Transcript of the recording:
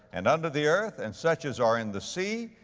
and under the earth, and such as are in the sea,